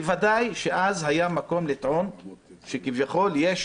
בוודאי שאז היה מקום לטעון שכביכול יש